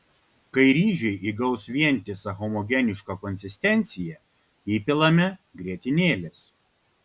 kai ryžiai įgaus vientisą homogenišką konsistenciją įpilame grietinėlės